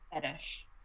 fetish